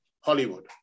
Hollywood